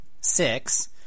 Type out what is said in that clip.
six